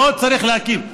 לא צריך להקים,